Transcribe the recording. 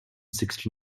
sixty